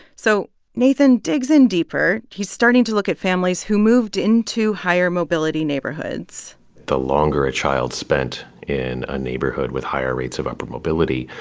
so nathan digs in deeper. he's starting to look at families who moved into higher-mobility neighborhoods the longer a child spent in a neighborhood with higher rates of upward mobility,